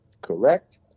correct